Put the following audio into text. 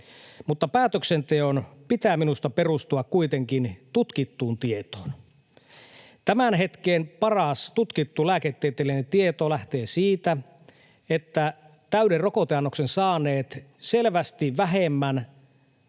mutta päätöksenteon pitää minusta perustua kuitenkin tutkittuun tietoon. Tämän hetken paras tutkittu lääketieteellinen tieto lähtee siitä, että täyden rokoteannoksen saaneet selvästi vähemmän